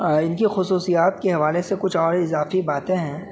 ان کی خصوصیات کے حوالے سے کچھ اور اضافی باتیں ہیں